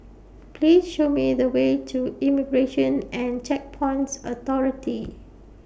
Please Show Me The Way to Immigration and Checkpoints Authority